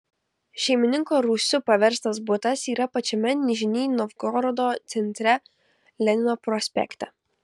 šeimininko rūsiu paverstas butas yra pačiame nižnij novgorodo centre lenino prospekte